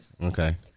Okay